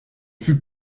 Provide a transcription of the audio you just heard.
fus